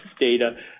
data